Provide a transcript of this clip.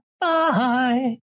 Bye